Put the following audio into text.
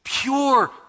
pure